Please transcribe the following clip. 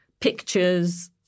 Pictures